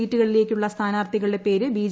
സീറ്റുകളിലേക്കുള്ള സ്ഥാനാർത്ഥികളുടെ പേര് ബി